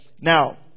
Now